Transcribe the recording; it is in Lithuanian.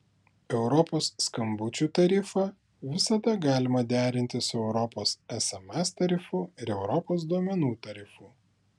europos skambučių tarifą visada galima derinti su europos sms tarifu ir europos duomenų tarifu